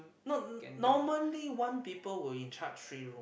no normally one people will in charge three room